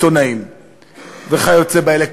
עיתונאים וכיוצא באלה.